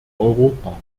europa